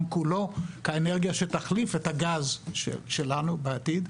כולו כאנרגיה שתחליף את הגז שלנו בעתיד,